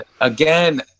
again